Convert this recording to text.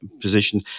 position